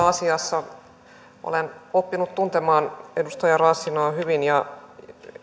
asiassa olen oppinut tuntemaan edustaja raassinaa hyvin enkä